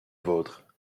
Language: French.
vôtre